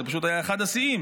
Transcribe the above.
זה פשוט היה אחד השיאים.